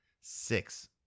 six